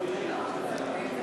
לרשותך.